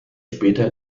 später